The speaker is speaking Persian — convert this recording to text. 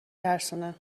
ترسونه